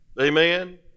Amen